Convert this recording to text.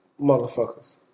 motherfuckers